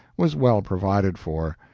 was well provided for.